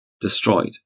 destroyed